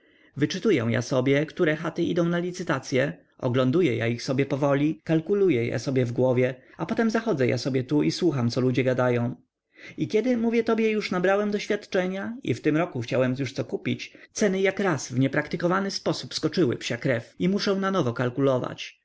się wyczytuję ja sobie które chaty idą na licytacye ogląduję ja ich sobie powoli kalkuluję ja sobie w głowie a potem zachodzę ja sobie tu i słucham co ludzie dają i kiedy mówię tobie już nabrałem doświadczenia i w tym roku chciałem już co kupić ceny jak raz w niepraktykowany sposób skoczyły psiakrew i muszę nanowo kalkulować